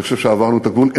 אני חושב שעברנו את הגבול.